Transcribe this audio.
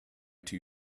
two